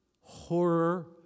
horror